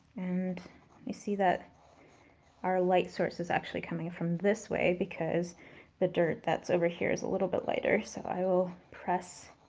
and you see that our light source is actually coming from this way because the dirt that's over here is a little bit lighter. so i will press